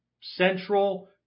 central